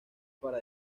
para